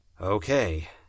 Okay